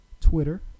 Twitter